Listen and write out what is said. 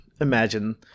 imagine